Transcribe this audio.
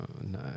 no